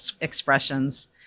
expressions